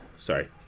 Sorry